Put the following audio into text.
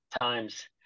times